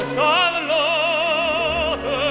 Charlotte